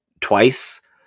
twice